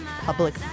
Public